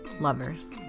lovers